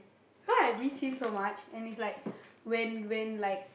how I miss him so much and it's like when when like